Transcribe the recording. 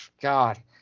God